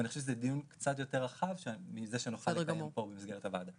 אבל אני חושב שזה דיון קצת יותר רחב מזה שנוכל לקיים פה במסגרת הוועדה.